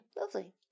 lovely